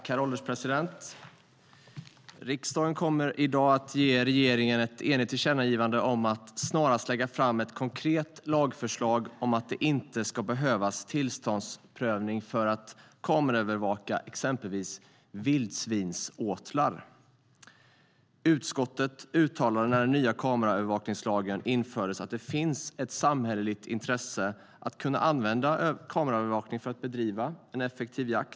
Herr ålderspresident! Riksdagen kommer i dag att ge regeringen ett enigt tillkännagivande om att snarast lägga fram ett konkret lagförslag om att det inte ska behövas tillståndsprövning för att kameraövervaka exempelvis vildsvinsåtlar. Utskottet uttalade när den nya kameraövervakningslagen infördes att det finns ett samhälleligt intresse av att kunna använda kameraövervakning för att bedriva en effektiv jakt.